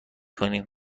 کنیم